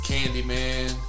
Candyman